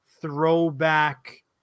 throwback